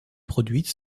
produites